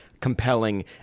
compelling